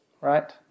right